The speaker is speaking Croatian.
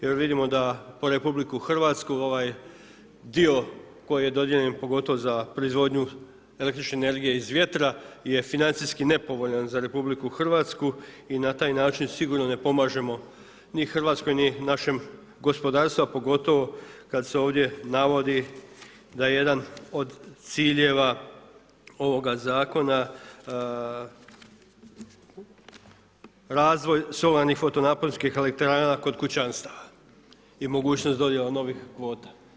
Jer vidimo da po RH ovaj dio koji je dodijeljen pogotovo za proizvodnju električne energije iz vjetra je financijski nepovoljan za RH i na taj način sigurno ne pomažemo ni Hrvatskoj ni našem gospodarstvu a pogotovo kada se ovdje navodi da je jedan od ciljeva ovoga zakona razvoj solarnih fotonaponskih elektrana kod kućanstava i mogućnost dodjela novih kvota.